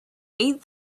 eight